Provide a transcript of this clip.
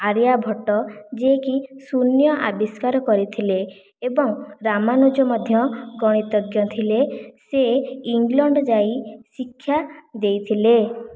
ଆର୍ଯ୍ୟଭଟ ଯେ କି ଶୂନ୍ୟ ଆବିଷ୍କାର କରିଥିଲେ ଏବଂ ରାମାନୁଜ ମଧ୍ୟ ଗଣିତଙ୍ଗ ଥିଲେ ସେ ଇଂଲଣ୍ଡ ଯାଇ ଶିକ୍ଷା ଦେଇଥିଲେ